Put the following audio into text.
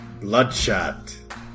Bloodshot